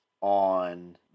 on